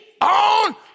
on